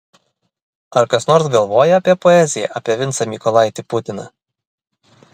ar kas nors galvoja apie poeziją apie vincą mykolaitį putiną